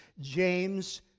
James